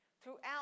Throughout